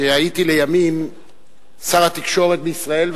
שהייתי לימים שר התקשורת בישראל,